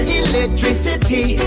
electricity